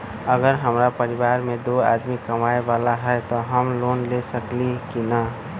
अगर हमरा परिवार में दो आदमी कमाये वाला है त हम लोन ले सकेली की न?